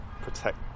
protect